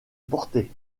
portée